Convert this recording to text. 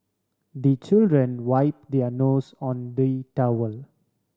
the children wipe their nose on the towel